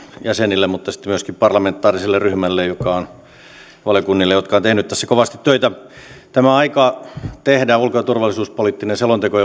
jäsenille mutta sitten myöskin parlamentaariselle ryhmälle ja valiokunnille jotka ovat tehneet tässä kovasti töitä tämä aika tehdä ulko ja turvallisuuspoliittinen selonteko